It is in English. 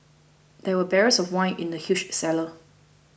there were barrels of wine in the huge cellar